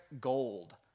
gold